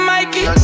Mikey